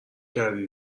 کردی